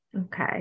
Okay